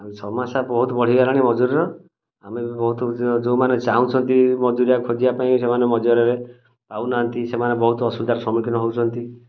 ଆଉ ସମସ୍ୟା ବହୁତ ବଢ଼ିଗଲାଣି ମଜୁରୀର ଆମେ ବି ବହୁତ ଯେଉଁମାନେ ଚାଁହୁଛନ୍ତି ମଜୁରିଆ ଖୋଜିବା ପାଇଁ ସେମାନେ ମଜୁରିଆରେ ପାଉ ନାହାଁନ୍ତି ସେମାନେ ବହୁତ ଅସୁବିଧାର ସମ୍ମୁଖୀନ ହେଉଛନ୍ତି